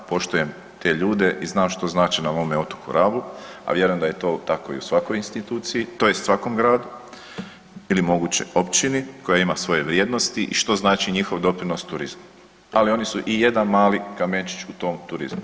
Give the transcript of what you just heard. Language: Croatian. Ja poštujem te ljude i znam što znače na mome otoku Rabu, a vjerujem da je to tako i u svakoj instituciji tj. svakom gradu ili mogućoj općini koja ima svoje vrijednosti i što znači njihov doprinos turizmu, ali oni su i jedan mali kamenčić u tom turizmu.